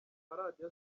maradiyo